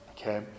okay